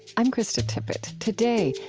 i'm krista tippett. today,